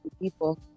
people